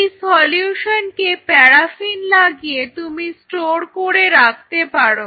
এই সলিউশনকে প্যারাফিন লাগিয়ে তুমি স্টোর করে রাখতে পারো